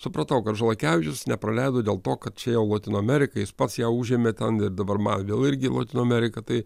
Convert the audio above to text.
supratau kad žalakevičius nepraleido dėl to kad čia jau lotynų amerika jis pats ją užėmė ten dabar man vėl irgi į lotynų ameriką tai